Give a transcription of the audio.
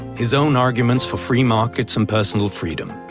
his own arguments for free markets and personal freedom.